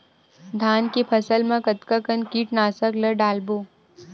धान के फसल मा कतका कन कीटनाशक ला डलबो?